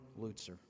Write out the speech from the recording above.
Lutzer